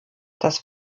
das